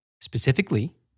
Specifically